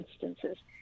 instances